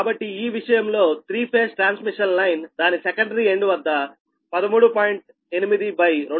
కాబట్టి ఈ విషయంలో 3 ఫేజ్ ట్రాన్స్మిషన్ లైన్ దాని సెకండరీ ఎండ్ వద్ద 13